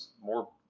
more